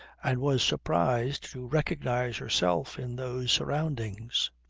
and was surprised to recognize herself in those surroundings.